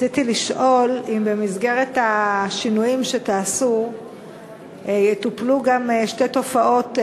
רציתי לשאול אם במסגרת השינויים שתעשו יטופלו גם שתי תופעות,